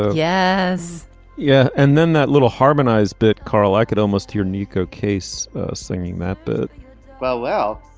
yeah yes yeah. and then that little harmonized bit. carl i could almost hear neko case singing that that well well